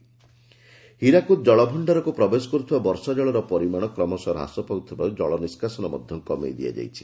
ହୀରାକୁଦ ହୀରାକୁଦ ଜଳଭଣ୍ତାରକୁ ପ୍ରବେଶ କରୁଥିବା ବର୍ଷାଜଳର ପରିମାଶ କ୍ରମଶଃ ହ୍ରାସ ପାଉଥିବାର୍ ଜଳନିଷ୍କାସନ ମଧ କମେଇ ଦିଆଯାଇଛି